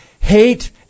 hate